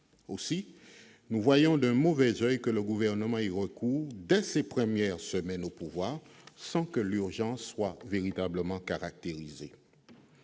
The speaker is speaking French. dure ! Nous voyons ainsi d'un mauvais oeil le fait que le Gouvernement y ait recours dès ses premières semaines au pouvoir, sans que l'urgence soit véritablement caractérisée.